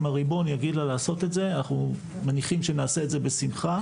אם הריבון יגיד לה לעשות את זה אנחנו מניחים שנעשה את זה בשמחה